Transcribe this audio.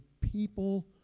people